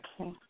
Okay